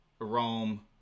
Rome